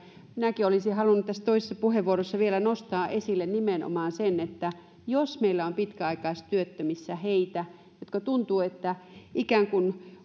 minäkin olisin halunnut tässä toisessa puheenvuorossani vielä nostaa esille nimenomaan sen että jos meillä on pitkäaikaistyöttömissä heitä jotka tuntevat että ikään kuin